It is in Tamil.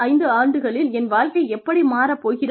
அடுத்த ஐந்து ஆண்டுகளில் என் வாழ்க்கை எப்படி மாறப் போகிறது